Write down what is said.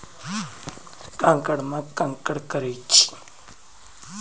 current account saving account आरु fix deposit account प्रत्यक्ष जमा रो प्रकार छिकै